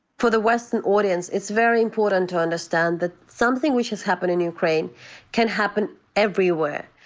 for the western audience it's very important to understand that something which has happened in ukraine can happen everywhere.